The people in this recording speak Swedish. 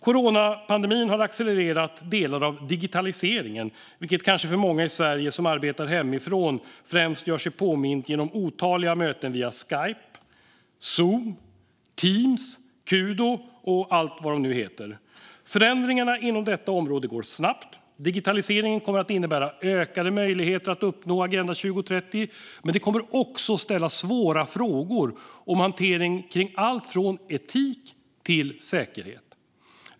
Coronapandemin har accelererat delar av digitaliseringen, vilket för många i Sverige som arbetar hemifrån kanske främst gör sig påmint genom otaliga möten via Skype, Zoom, Teams, Kudo och allt vad det heter. Förändringarna inom detta område går snabbt. Digitaliseringen kommer att innebära ökade möjligheter att uppnå Agenda 2030, men den kommer också att ställa svåra frågor om hantering kring allt från etik till säkerhet.